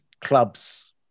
clubs